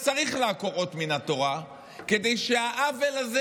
צריך לעקור אות מן התורה כדי שהעוול הזה,